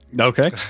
Okay